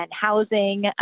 housing